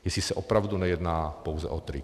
Jestli se opravdu nejedná pouze o trik.